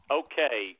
okay